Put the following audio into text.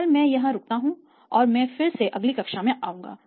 फिलहाल मैं यहां रुकता हूं और मैं फिर से अगली कक्षा में आऊंगा